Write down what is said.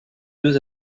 deux